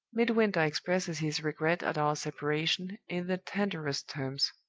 midwinter expresses his regret at our separation, in the tenderest terms.